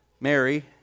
Mary